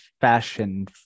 fashion